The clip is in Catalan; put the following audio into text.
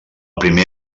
primer